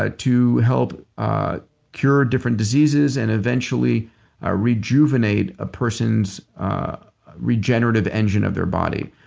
ah to help cure different diseases and eventually ah rejuvenate a person's regenerative engine of their body.